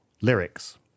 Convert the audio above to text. lyrics